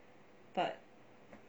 but